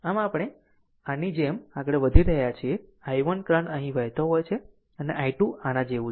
આમ આપણે આની જેમ આગળ વધી રહ્યા છીએ આ i1 કરંટ અહીં વહેતો હોય છે અને અહીં i2 આ જેવું છે